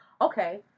Okay